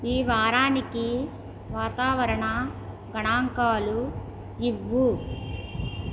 ఈ వారానికి వాతావరణ గణాంకాలు ఇవ్వు